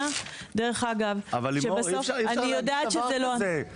לימור, אי אפשר לעשות דבר כזה.